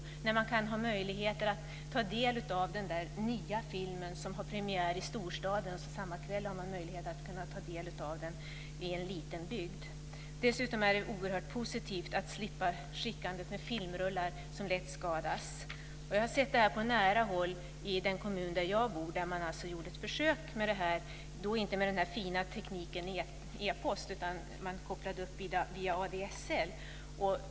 Då kan man i en liten bygd få möjligheter att ta del av den där nya filmen samma kväll som den har premiär i storstaden. Dessutom är det oerhört positivt att slippa skickandet av filmrullar som lätt skadas. Jag har sett detta på nära håll i den kommun där jag bor. Där gjorde man ett försök med detta. Det var inte med den fina tekniken e-post, utan man kopplade upp sig via ADSL.